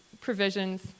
provisions